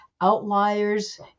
outliers